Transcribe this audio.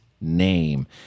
name